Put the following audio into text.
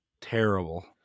Terrible